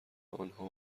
آنها